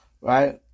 Right